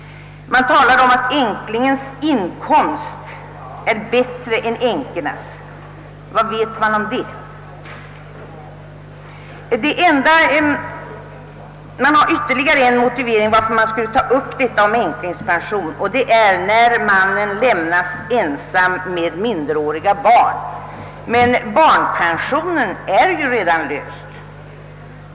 Man talar om att änklingens inkomst är bättre än änkans. Vad vet man om det? Såsom ytterligare motivering för att man väckt frågan om änklingspension anför man det fall att mannen lämnas ensam med minderåriga barn. Men barnpensionen är ju redan ordnad.